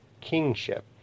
kingship